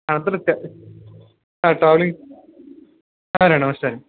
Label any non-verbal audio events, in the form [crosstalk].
ಅದಕ್ಕ ಹಾಂ ಟ್ರಾವೆಲಿಂಗ್ ಹಾಂ [unintelligible] ಅಷ್ಟೇ ರೀ